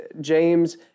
James